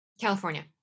California